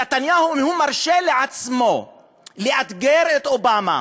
נתניהו מרשה לעצמו לאתגר את אובמה